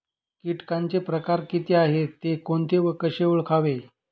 किटकांचे प्रकार किती आहेत, ते कोणते व कसे ओळखावे?